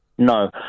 No